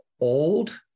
Old-